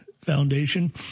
foundation